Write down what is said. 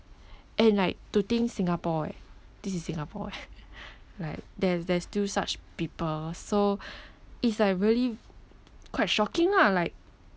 and like to think singapore eh this is singapore eh like there's there's still such people so it's like really quite shocking lah like